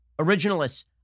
originalists